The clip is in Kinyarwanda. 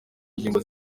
ngingo